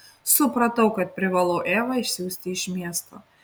supratau kad privalau evą išsiųsti iš miesto